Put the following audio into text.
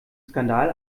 skandal